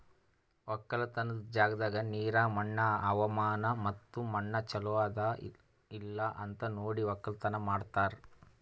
ಒಕ್ಕಲತನದ್ ಜಾಗದಾಗ್ ನೀರ, ಮಣ್ಣ, ಹವಾಮಾನ ಮತ್ತ ಮಣ್ಣ ಚಲೋ ಅದಾ ಇಲ್ಲಾ ಅಂತ್ ನೋಡಿ ಒಕ್ಕಲತನ ಮಾಡ್ತಾರ್